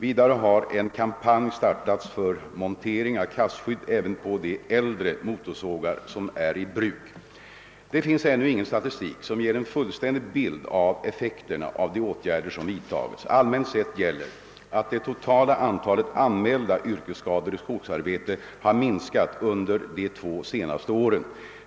Vidare har en kampanj startats för montering av kastskydd även på de äldre motorsågar som är i bruk. Det finns ännu ingen statistik som ger en fullständig bild av effekterna av de åtgärder som vidtagits. Allmänt sett gäller att det totala antalet anmälda yrkesskador i skogsarbete har minskat under de två senaste åren.